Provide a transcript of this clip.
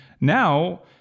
now